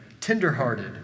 tenderhearted